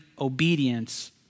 obedience